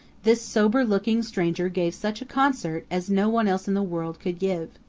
this sober-looking stranger gave such a concert as no one else in the world could give.